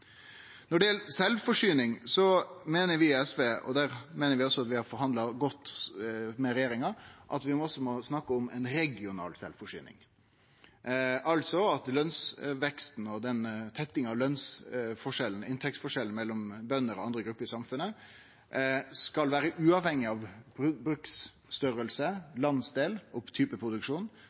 Når det gjeld sjølvforsyning, meiner vi i SV at vi har forhandla godt med regjeringa, og at vi også må snakke om ei regional sjølvforsyning, altså at lønsveksten og tettinga av lønsforskjellen, inntektsforskjellen mellom bønder og andre grupper i samfunnet, skal vere uavhengig av bruksstørrelse, landsdel og